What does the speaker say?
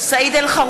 (קוראת בשמות חברי הכנסת) סעיד אלחרומי,